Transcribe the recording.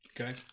Okay